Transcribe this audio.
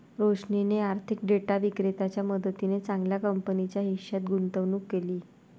रोशनीने आर्थिक डेटा विक्रेत्याच्या मदतीने चांगल्या कंपनीच्या हिश्श्यात गुंतवणूक केली